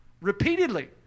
Repeatedly